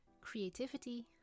creativity